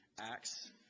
Acts